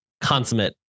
consummate